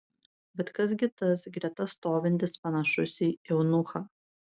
bet kas gi tas greta stovintis panašus į eunuchą